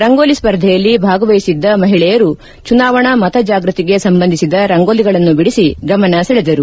ರಂಗೋಲಿ ಸ್ಪರ್ಧೆಯಲ್ಲಿ ಭಾಗವಹಿಸಿದ್ದ ಮಹಿಳೆಯರು ಚುನಾವಣಾ ಮತ ಜಾಗೃತಿಗೆ ಸಂಬಂಧಿಸಿದ ರಂಗೋಲಗಳನ್ನು ಬಿಡಿಸಿ ಗಮನ ಸೆಳೆದರು